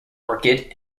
orchid